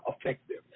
effective